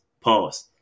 pause